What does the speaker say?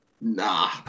Nah